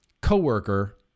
co-worker